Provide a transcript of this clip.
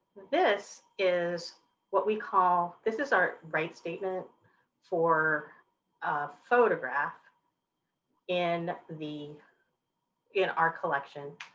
this is what we call this is our rights statement for a photograph in the in our collection.